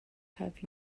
have